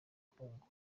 kongo